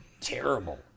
terrible